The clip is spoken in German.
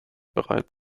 bereit